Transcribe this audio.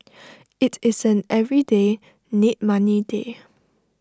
IT is an everyday need money day